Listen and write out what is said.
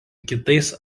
kitais